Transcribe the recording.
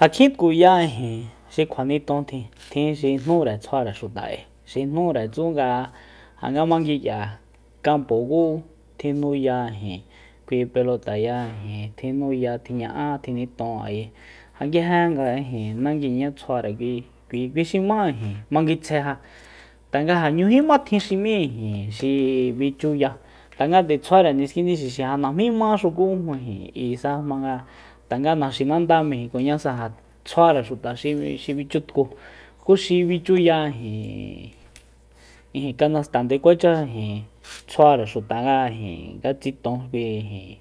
Ja kjin tkuya xi kjuaniton tjin tjin xi jnúre tsjuare xuta k'ui xi jnúre ku nga ja nga mangui k'ia kampo ku tijnuya ijin kui pelotaya tijnuya tjiña'á tjiniton ayi ja nguije nga ijin nanguiña tsjuare kui- kui xi má ijin manguitsjae ja tanga ja 'ñújima tjin xi m'í xi bichuya tanga nde tsjuare niskindi xixi najmíma xuku ijin k'uisa tanga naxinanda mejikoñása tsjuare xuta xi bichutku ku xi bichuya ijin- ijin kansta nde kuacha ijin tsjuare xuta nga ijin ngatsiton kui ijin